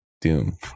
Doom